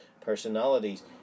personalities